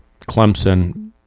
Clemson